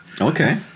Okay